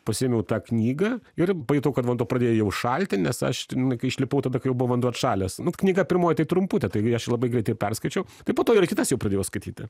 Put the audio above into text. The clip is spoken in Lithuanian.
pasiėmiau tą knygą ir pajutau kad vanduo pradėjo jau šalti nes aš ten kai išlipau tada kai jau buvo vanduo atšalęs knyga pirmoji tai trumputė taigi aš labai greit ją perskaičiau tai po to ir kitas jau pradėjau skaityti